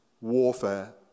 warfare